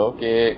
Okay